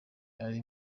ari